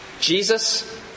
Jesus